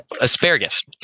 asparagus